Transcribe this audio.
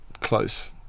close